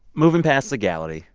moving past legality,